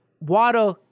water